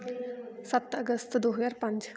ਸੱਤ ਅਗਸਤ ਦੋ ਹਜ਼ਾਰ ਪੰਜ